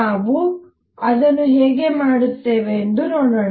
ನಾವು ಅದನ್ನು ಹೇಗೆ ಮಾಡುತ್ತೇವೆ ಎಂದು ನೋಡೋಣ